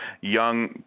young